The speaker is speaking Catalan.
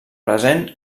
present